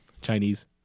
Chinese